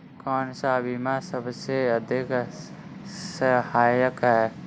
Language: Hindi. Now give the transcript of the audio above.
कौन सा बीमा सबसे अधिक सहायक है?